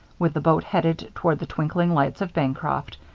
with the boat headed toward the twinkling lights of bancroft,